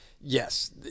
yes